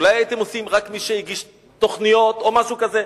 אולי הייתם עושים רק מי שהגיש תוכניות או משהו כזה?